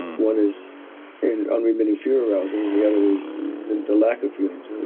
one is and unremitting fear arousal, and the other is the lack of feelings.